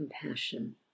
compassion